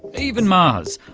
even mars,